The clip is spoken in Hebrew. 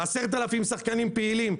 ו-10 אלף שחקנים פעילים,